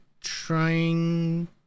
trying